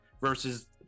versus